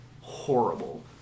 horrible